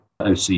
OC